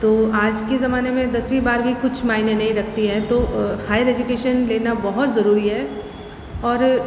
तो आज के ज़माने में दसवीं बारहवीं कुछ मायने नहीं रखती है तो हायर एजुकेशन लेना बहुत ज़रूरी है और